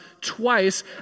twice